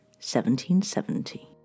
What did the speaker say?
1770